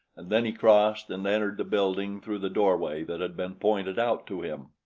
and then he crossed and entered the building through the doorway that had been pointed out to him.